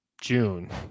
june